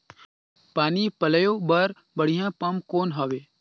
पानी पलोय बर बढ़िया पम्प कौन हवय?